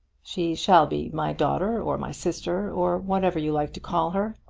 she shall be my daughter, or my sister, or whatever you like to call her.